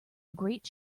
great